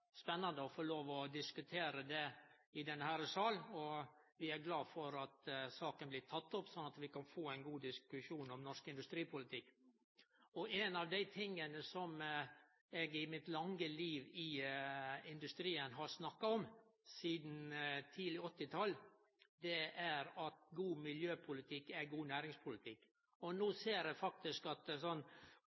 spennande å få lov å diskutere det i denne sal, og vi er glade for at saka blir teken opp, sånn at vi kan få ein god diskusjon om norsk industripolitikk. Ein av dei tinga som eg i mitt lange liv i industrien har snakka om – sidan tidleg på 1980-talet – er at god miljøpolitikk er god næringspolitikk. No ser eg faktisk at